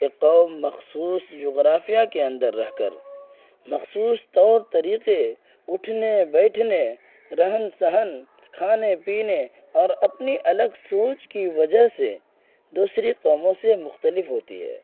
ایک قوم مخصوص جغرافیہ کے اندر رہ کر مخصوص طور طریقے اٹھنے بیٹھنے رہن سہن کھانے پینے اور اپنی الگ سوچ کی وجہ سے دوسری قوموں سے مختلف ہوتی ہے